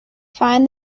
find